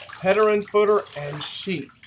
header and footer, and sheet.